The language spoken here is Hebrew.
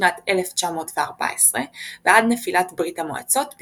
בשנת 1914 ועד נפילת ברית המועצות,